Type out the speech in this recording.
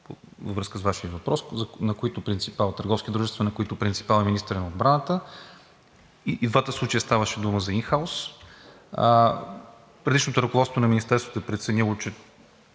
във връзка с Вашия въпрос, търговски дружества, на които принципал е министърът на отбраната. И в двата случая ставаше дума за ин хаус. Предишното ръководство на Министерството е преценило, че